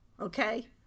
Okay